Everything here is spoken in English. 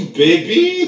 baby